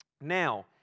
Now